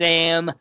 Sam